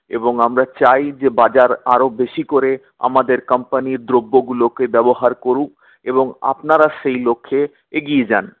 এবং আমরা চাই যে বাজার আরো বেশী করে আমাদের কম্পানির দ্রব্যগুলোকে ব্যবহার করুক এবং আপনারা সেই লক্ষ্যে এগিয়ে যান